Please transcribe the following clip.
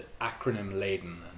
acronym-laden